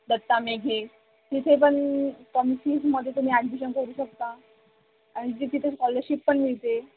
दत्ता मेघे तिथे पण कम फीजमध्ये तुम्ही ॲडमिशन करू शकता आणि तिथे तर स्कॉलरशिप पण मिळते